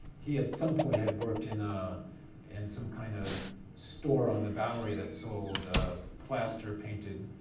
he at some point had worked in ah and some kind of store on the bowery that sold plaster painted